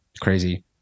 Crazy